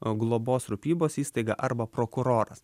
globos rūpybos įstaiga arba prokuroras